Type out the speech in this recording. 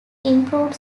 improved